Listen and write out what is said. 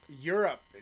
Europe